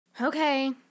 Okay